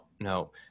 no